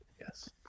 Yes